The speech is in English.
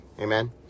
amen